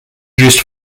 used